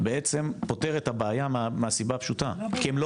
בעצם פותר את הבעיה מהסיבה הפשוטה כי הם לא